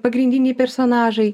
pagrindiniai personažai